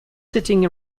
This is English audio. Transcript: sitting